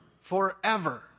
forever